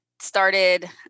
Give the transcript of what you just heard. started